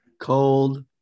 Cold